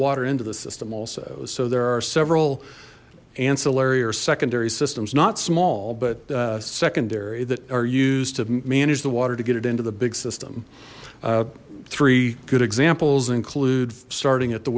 water into the system also so there are several ancillary or secondary systems not small but secondary that are used to manage the water to get it into the big system three good examples include starting at the